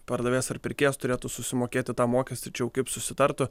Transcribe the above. pardavėjas ar pirkėjas turėtų susimokėti tą mokestį tačiau kaip susitartų